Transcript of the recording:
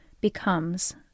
becomes